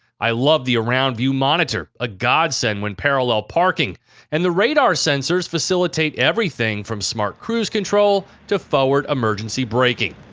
i love the around view monitor a godsend when parallel parking and the radar sensors facilitate everything from smart cruise control to forward emergency braking.